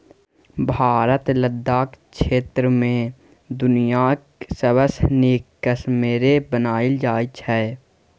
भारतक लद्दाख क्षेत्र मे दुनियाँक सबसँ नीक कश्मेरे बनाएल जाइ छै